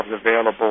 available